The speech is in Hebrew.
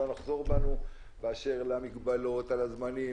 לא נחזור בנו באשר למגבלות על הזמנים,